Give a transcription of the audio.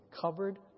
covered